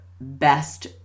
best